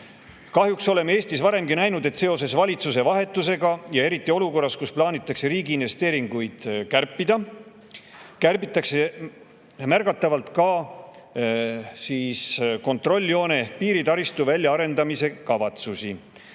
Kahjuks oleme Eestis varemgi näinud, et seoses valitsuse vahetusega ja eriti olukorras, kus plaanitakse riigi investeeringuid kärpida, kärbitakse märgatavalt ka kontrolljoone ehk piiritaristu väljaarendamise kavatsusi.